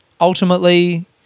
ultimately